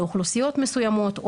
לאוכלוסיות מסוימות,